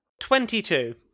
Twenty-two